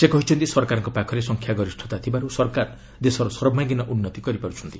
ସେ କହିଛନ୍ତି ସରକାରଙ୍କ ପାଖରେ ସଂଖ୍ୟା ଗରିଷତା ଥିବାରୁ ସରକାର ଦେଶର ସର୍ବାଙ୍ଗିନ ଉନ୍ନତି କରିପାରୁଛନ୍ତି